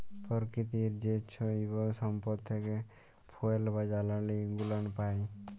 পরকিতির যে জৈব সম্পদ থ্যাকে ফুয়েল বা জালালী গুলান পাই